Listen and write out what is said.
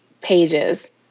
pages